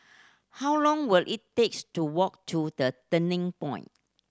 how long will it takes to walk to The Turning Point